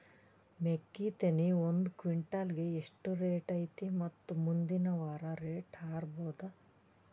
ಮೆಕ್ಕಿ ತೆನಿ ಒಂದು ಕ್ವಿಂಟಾಲ್ ಗೆ ಎಷ್ಟು ರೇಟು ಐತಿ ಮತ್ತು ಮುಂದಿನ ವಾರ ರೇಟ್ ಹಾರಬಹುದ?